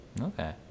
okay